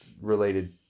related